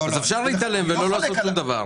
אז אפשר להתעלם ולא לעשות שום דבר,